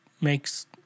makes